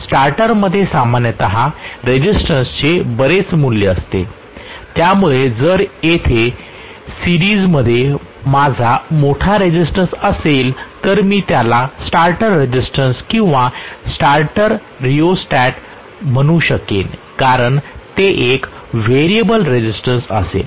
स्टार्टरमध्ये सामान्यत रेसिस्टन्सचे बरेच मूल्य असते त्यामुळे जर येथे सेरीज मध्ये माझा मोठा रेसिस्टन्स असेल तर मी त्याला स्टार्टर रेझिस्टन्स किंवा स्टार्टर रीओस्टॅट म्हणू शकेन कारण ते एक व्हेरिएबल रेसिस्टन्स असेल